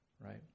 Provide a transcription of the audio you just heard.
right